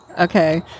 okay